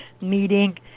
meeting